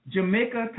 Jamaica